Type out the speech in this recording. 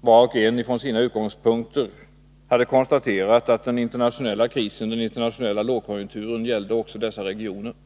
var och en från sina utgångspunkter — hade konstaterat att den internationella krisen och den internationella lågkonjunkturen också gällde dessa regioner.